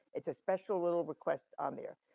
it's a special little request on their,